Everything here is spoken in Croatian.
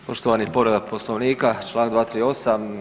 Poštovani povreda Poslovnika članak 238.